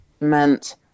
meant